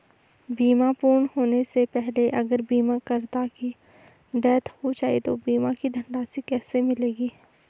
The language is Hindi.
बीमा पूर्ण होने से पहले अगर बीमा करता की डेथ हो जाए तो बीमा की धनराशि किसे मिलेगी?